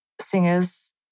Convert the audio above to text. singers